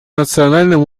национальном